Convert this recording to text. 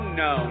no